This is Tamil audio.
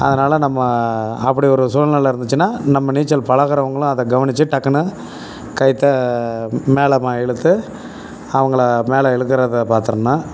அதனால் நம்ம அப்படி ஒரு சூல்நில இருந்துச்சின்னால் நம்ம நீச்சல் பலகறவங்களும் அதை கவனிச்சு டக்குன்னு கயிற்ற மேலே ம இழுத்து அவங்கள மேலே இழுக்கறத பார்த்துரணும்